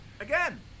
Again